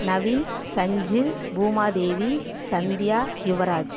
Naveen Sanjeev Bhumadevi Sandhya Yuvraj